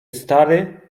stary